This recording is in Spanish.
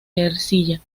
ercilla